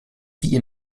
wie